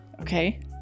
Okay